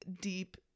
deep